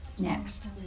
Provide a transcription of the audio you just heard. Next